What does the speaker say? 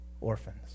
Orphans